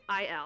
il